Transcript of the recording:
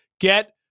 Get